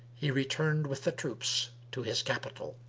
he returned with the troops to his capital